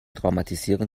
traumatisieren